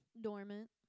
Dormant